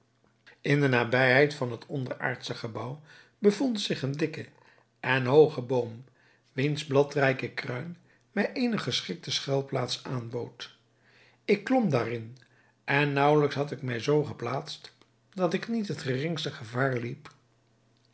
in de nabijheid van het onderaardsche gebouw bevond zich een dikke en hooge boom wiens bladrijke kruin mij eene geschikte schuilplaats aanbood ik klom daarin en naauwelijks had ik mij zoo geplaatst dat ik niet het geringste gevaar liep